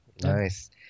Nice